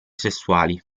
sessuali